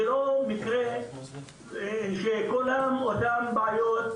זה לא במקרה שלכולם יש את אותן בעיות,